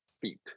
feet